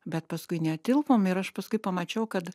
bet paskui netilpom ir aš paskui pamačiau kad